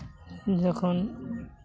ᱡᱚᱠᱷᱚᱱ